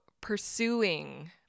pursuing